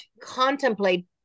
contemplate